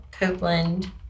Copeland